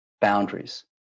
boundaries